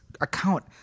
account